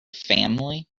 family